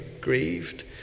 grieved